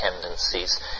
tendencies